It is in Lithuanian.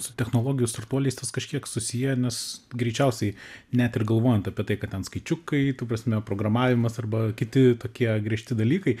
su technologijų startuoliais tas kažkiek susiję nes greičiausiai net ir galvojant apie tai kad ten skaičiukai ta prasme programavimas arba kiti tokie griežti dalykai